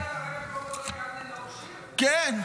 כן,